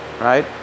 right